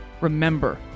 Remember